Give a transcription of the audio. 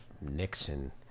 Nixon